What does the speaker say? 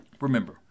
Remember